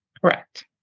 Correct